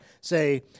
say